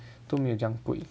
都没有这样贵